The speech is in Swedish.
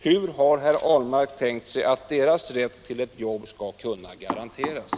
Hur har herr Ahlmark tänkt sig att deras rätt till jobb skall kunna garanteras?